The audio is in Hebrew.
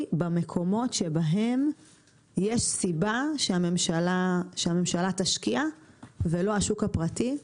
במקומות שבהם יש סיבה שהממשלה תשקיע ולא השוק הפרטי.